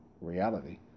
reality